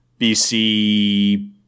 BC